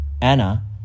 Anna